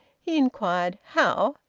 he inquired how.